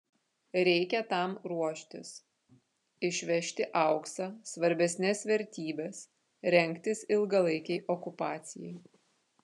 reikia tam ruoštis išvežti auksą svarbesnes vertybes rengtis ilgalaikei okupacijai